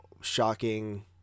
shocking